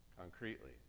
Concretely